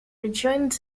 rejoined